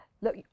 Look